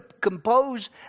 compose